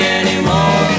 anymore